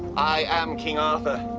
i am king arthur.